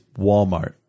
Walmart